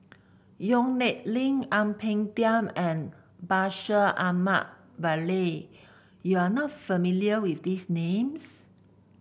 Yong Nyuk Lin Ang Peng Tiam and Bashir Ahmad Mallal you are not familiar with these names